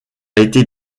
été